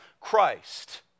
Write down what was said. Christ